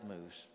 moves